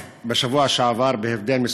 בשבוע שעבר, בהבדל של